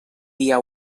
dia